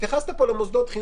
התייחסת פה למוסדות חינוך.